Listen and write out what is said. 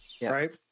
right